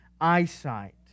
eyesight